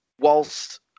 whilst